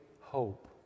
hope